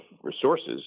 resources